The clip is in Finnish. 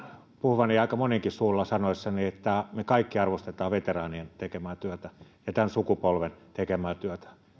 puhuvani aika monenkin suulla sanoessani että me kaikki arvostamme veteraanien tekemää työtä ja sen sukupolven tekemää työtä